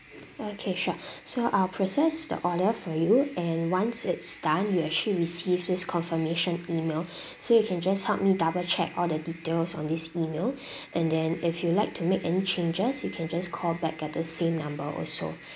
okay sure so I'll process the order for you and once it's done you actually receive this confirmation email so you can just help me double check all the details on this email and then if you'd like to make any changes you can just call back at the same number also